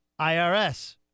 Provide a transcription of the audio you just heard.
IRS